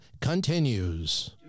continues